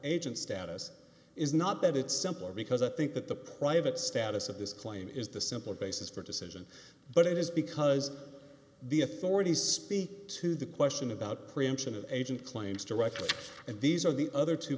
agent status is not that it's simpler because i think that the private status of this claim is the simpler basis for decision but it is because the authorities speak to the question about preemption an agent claims directly and these are the other two